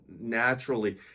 naturally